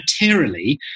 materially